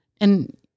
and-